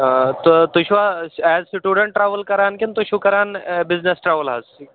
تُہۍ چھِوا as student travel کٔران کِنہٕ تُہۍ چھُوٕ کٔران بِزنِس ٹرٛاوُل حظ